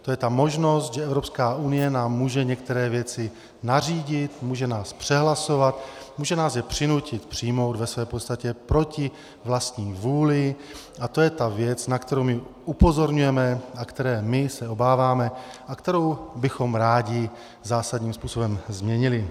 To je ta možnost, že EU nám může některé věci nařídit, může nás přehlasovat, může nás je přinutit přijmout ve své podstatě proti vlastní vůli, a to je ta věc, na kterou my upozorňujeme a které my se obáváme a kterou bychom rádi zásadním způsobem změnili.